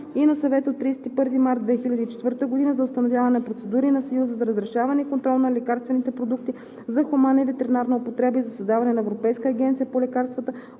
№ 726/2004 на Европейския парламент и на Съвета от 31 март 2004 година за установяване на процедури на Съюза за разрешаване и контрол на лекарствени продукти